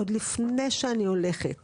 עוד לפני שאני הולכת